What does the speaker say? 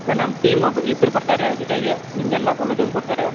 sir ನಮ್ಮ team ಒಬ್ಬ ಇಬ್ರ ಬರ್ತಾರೆ ಜೊತೆಗೆ ನಿಮಗೆಲ್ಲ ಸೌಲತ್ಗಳ್ನ ಕೊಡ್ತಾರೆ